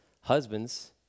husbands